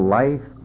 life